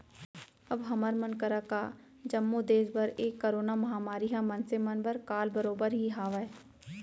अब हमर मन करा का जम्मो देस बर ए करोना महामारी ह मनसे मन बर काल बरोबर ही हावय